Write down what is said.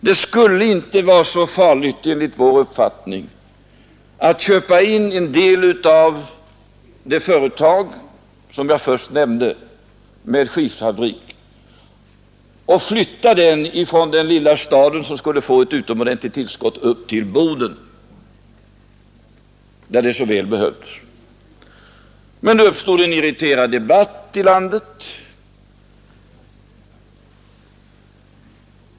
Det skulle inte vara så farligt enligt vår uppfattning att köpa in en del av det företag med skidfabrik som jag först nämnde och flytta det från den lilla staden, som ändå skulle få ett utomordentligt tillskott, upp till Boden, där företaget så väl behövdes. Det uppstod en irriterad debatt i landet.